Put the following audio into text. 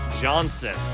Johnson